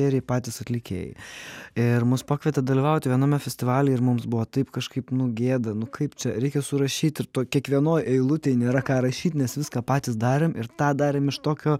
patys režisieriai patys atlikėjai ir mus pakvietė dalyvauti viename festivalyje ir mums buvo taip kažkaip nu gėda nu kaip čia reikia surašyt ir toj kiekvienoj eilutėj nėra ką rašyt nes viską patys darėm ir tą darėm iš tokio